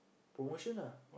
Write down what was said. promotion ah